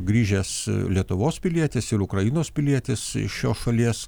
grįžęs lietuvos pilietis ir ukrainos pilietis iš šios šalies